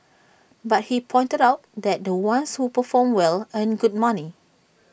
but he pointed out that the ones who perform well earn good money